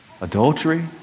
Adultery